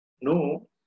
No